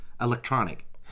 electronic